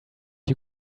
you